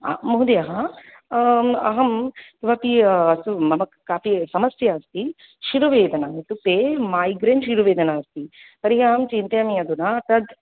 महोदय अहं किमपि मम कापि समस्या अस्ति शिरोवेदना इत्युक्ते मैग्रेन् शिरोवेदना अस्ति तर्हि अहं चिन्तयामि अधुना तद्